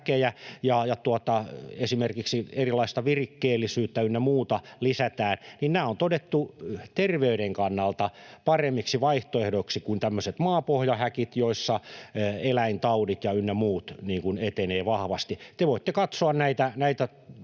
jossa esimerkiksi erilaista virikkeellisyyttä ynnä muuta lisätään, on todettu terveyden kannalta paremmaksi vaihtoehdoksi kuin tämmöiset maapohjahäkit, joissa eläintaudit ynnä muut etenevät vahvasti. Te voitte katsoa näitä